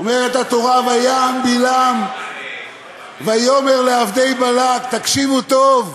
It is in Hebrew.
אומרת התורה: "ויען בלעם ויאמר לעבדי בלק" תקשיבו טוב,